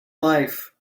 life